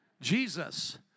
Jesus